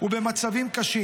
ובמצבים קשים.